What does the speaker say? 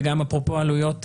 וגם אפרופו עלויות,